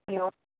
hello